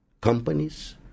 companies